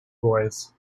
boys